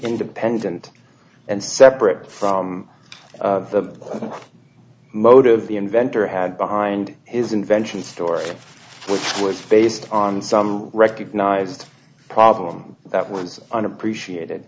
independent and separate from the motive the inventor had behind his invention story which were based on some recognized problem that words unappreciated